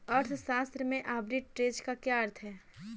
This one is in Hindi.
अर्थशास्त्र में आर्बिट्रेज का क्या अर्थ है?